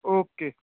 okay